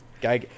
guy